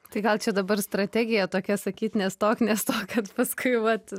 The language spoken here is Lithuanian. tai gal čia dabar strategija tokia sakyt nestok nes to kad paskui vat